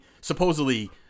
supposedly